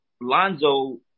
Lonzo